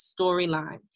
storyline